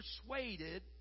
persuaded